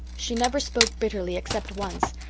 she never spoke bitterly except once,